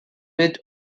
bid